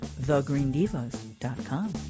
thegreendivas.com